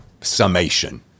summation